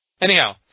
Anyhow